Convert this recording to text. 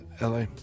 LA